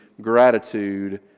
gratitude